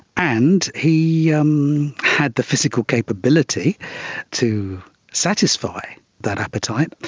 and he yeah um had the physical capability to satisfy that appetite.